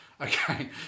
Okay